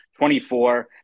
24